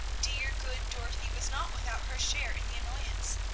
dear, good dorothy, was not without her share in the annoyance.